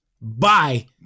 Bye